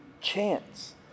chance